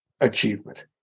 achievement